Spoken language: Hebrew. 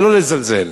ולא לזלזל.